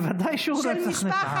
ודאי שהוא רצח נתעב.